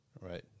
right